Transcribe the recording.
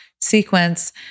sequence